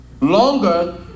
longer